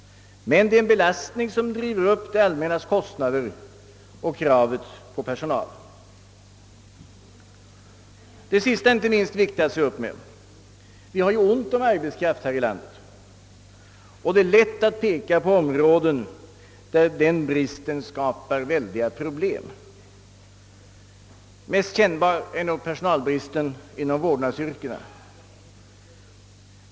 Det är dock en belastning som driver upp kostnaderna och kravet på personal. Det sista är inte minst viktigt att se upp med. Vi har ju ont om arbetskraft här i landet och det är lätt att peka på områden där denna brist skapar väldiga problem. Mest kännbar är nog personalbristen inom vårdnadsyrkena.